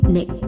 Nick